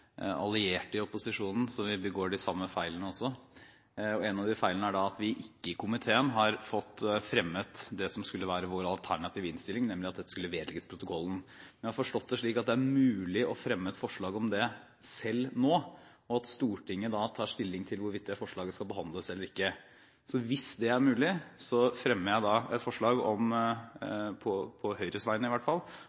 allierte i opposisjonen, så vi begår også de samme feilene. En av de feilene er at vi i komiteen ikke har fått fremmet det som skulle være vår alternative innstilling, nemlig at saken skulle vedlegges protokollen. Jeg har forstått det slik at det er mulig å fremme et forslag om det selv nå, og at Stortinget tar stilling til hvorvidt det forslaget skal behandles eller ikke. Hvis det er mulig, fremmer jeg et forslag – på Høyres vegne i hvert fall – om